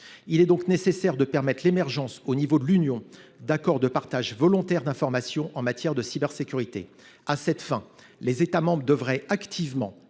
Il est donc nécessaire de permettre l’émergence, au niveau de l’Union, d’accords de partage volontaire d’informations en matière de cybersécurité. « À cette fin, les États membres devraient activement